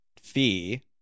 fee